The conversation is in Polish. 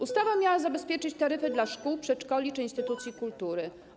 Ustawa miała zabezpieczyć taryfy dla szkół, przedszkoli czy instytucji kultury.